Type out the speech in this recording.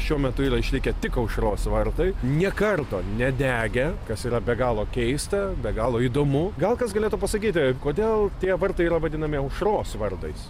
šiuo metu yra išlikę tik aušros vartai nė karto nedegę kas yra be galo keista be galo įdomu gal kas galėtų pasakyti kodėl tie vartai yra vadinami aušros vartais